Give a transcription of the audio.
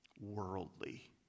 worldly